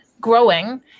growing